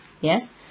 yes